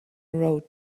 road